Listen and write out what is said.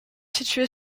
située